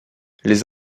les